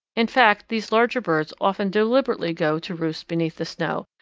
in fact, these larger birds often deliberately go to roost beneath the snow,